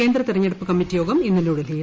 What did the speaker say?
കേന്ദ്ര തെരഞ്ഞെടുപ്പ് കമ്മിറ്റി യോഗം ഇന്ന് ന്യൂഡൽഹിയിൽ